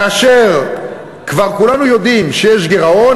כאשר כבר כולנו יודעים שיש גירעון,